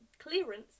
clearance